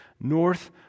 North